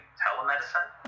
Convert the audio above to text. telemedicine